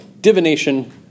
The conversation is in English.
divination